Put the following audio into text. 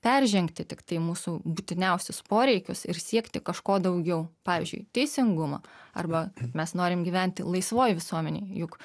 peržengti tiktai mūsų būtiniausius poreikius ir siekti kažko daugiau pavyzdžiui teisingumo arba mes norim gyventi laisvoj visuomenėj juk